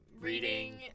reading